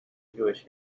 jewish